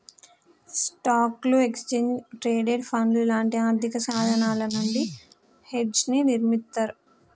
స్టాక్లు, exchange traded ఫండ్లు లాంటి ఆర్థికసాధనాల నుండి హెడ్జ్ని నిర్మిత్తర్